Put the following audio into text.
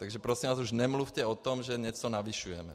Takže prosím vás, už nemluvte o tom, že něco navyšujeme.